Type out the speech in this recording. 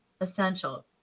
essential